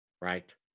right